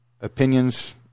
opinions